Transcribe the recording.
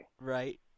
Right